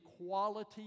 equality